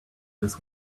this